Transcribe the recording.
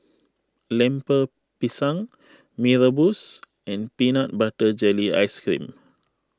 Lemper Pisang Mee Rebus and Peanut Butter Jelly Ice Cream